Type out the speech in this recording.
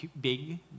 big